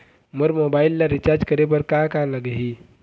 मोर mobile ला recharge करे बर का का लगही?